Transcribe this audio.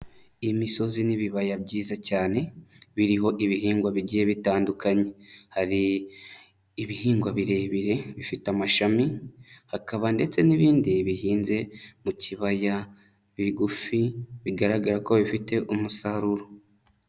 Imisozi n'ibibaya byiza cyane, biriho ibihingwa bigiye bitandukanye. Hari ibihingwa birebire, bifite amashami. Hakaba ndetse n'ibindi bihinze mu kibaya, bigufi bigaragara ko bifite umusaruro.